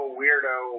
weirdo